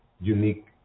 unique